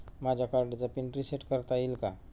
माझ्या कार्डचा PIN reset करता येईल का?